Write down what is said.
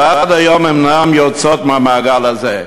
ועד היום הן אינן יוצאות מהמעגל הזה.